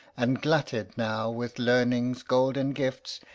and glutted now with learning's golden gifts,